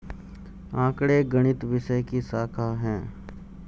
आंकड़े गणित विषय की शाखा हैं